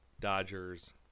Dodgers